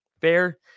fair